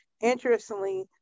Interestingly